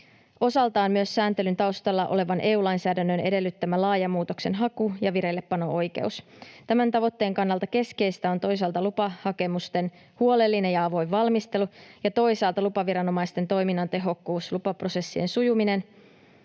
osaltaan myös sääntelyn taustalla olevan EU-lainsäädännön edellyttämä laaja muutoksenhaku- ja vireillepano-oikeus. Tämän tavoitteen kannalta keskeistä on toisaalta lupahakemusten huolellinen ja avoin valmistelu ja toisaalta lupaviranomaisten toiminnan tehokkuus, lupaprosessien sujuvoittaminen